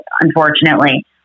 unfortunately